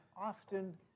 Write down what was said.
often